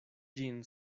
ĝin